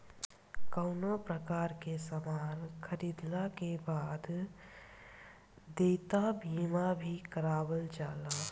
कवनो प्रकार के सामान खरीदला के बाद देयता बीमा भी करावल जाला